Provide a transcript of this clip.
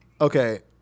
Okay